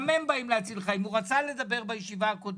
גם הם באים הציל חיים והוא רצה לדבר בישיבה הקודמת.